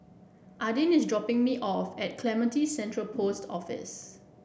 Adin is dropping me off at Clementi Central Post Office